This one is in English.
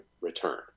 return